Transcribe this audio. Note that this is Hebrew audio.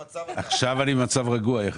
עכשיו אני במצב רגוע יחסית.